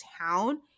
town